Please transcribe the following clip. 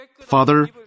Father